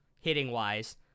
hitting-wise